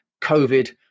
COVID